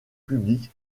publique